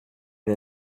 une